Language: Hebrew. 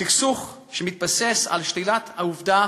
סכסוך שמתבסס על שלילת העובדה